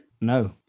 No